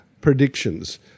predictions